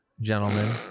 gentlemen